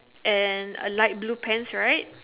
and a light blue pants right